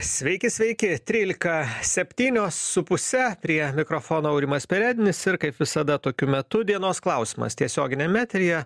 sveiki sveiki trylika septynios su puse prie mikrofono aurimas perednis ir kaip visada tokiu metu dienos klausimas tiesioginiame eteryje